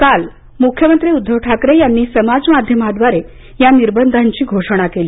काल मुख्यमंत्री उद्धव ठाकरे यांनी समाज माध्यमाद्वारे या निर्बंधांची घोषणा केली